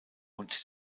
und